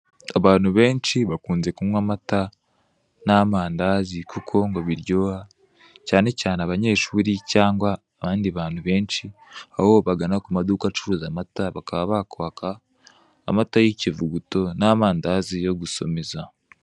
Abantu benshi bakunze kunywa amata n'amandazi kuko ngo biryoha, cyane cyane abanyeshuri cyangwa abandi bantu benshi aho bagana ku maduka acuruza amata bakaba bakwaka amata y'ikivuguto n'amandazi yo gusomeza.